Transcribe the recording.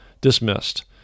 dismissed